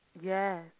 Yes